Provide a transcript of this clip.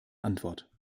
antwort